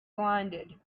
blinded